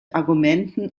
argumenten